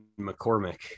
McCormick